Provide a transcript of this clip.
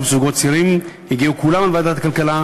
של זוגות צעירים הגיעו כולם לוועדת הכלכלה,